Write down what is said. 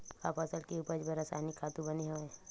का फसल के उपज बर रासायनिक खातु बने हवय?